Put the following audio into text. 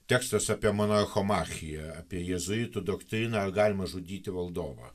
tekstas apie monachomachiją apie jėzuitų doktriną ar galima žudyti valdovą